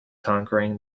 conquering